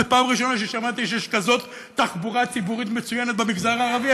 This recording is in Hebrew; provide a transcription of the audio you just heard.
זו פעם ראשונה ששמעתי שיש כזאת תחבורה ציבורית מצוינת במגזר הערבי,